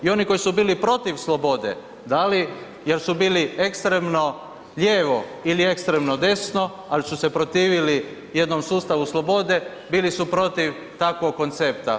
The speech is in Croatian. I oni koji su bili protiv slobode, da li, jer su bili ekstremno lijevo ili ekstremno desno, ali su se protivili jednom sustavu slobode, bili su protiv takvog koncepta.